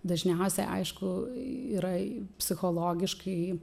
dažniausia aišku yra psichologiškai